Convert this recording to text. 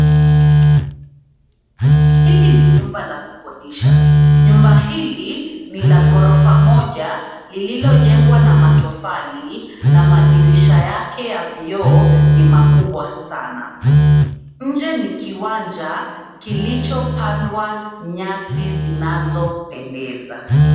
Hili ni nyumba la kukodisha, nyumba hili ni la ghorofa moja lililojengwa na matofali na madirisha yake ya vioo ni makubwa sana. Nje ni kiwanja kilichopandwa nyasi zinazopendeza.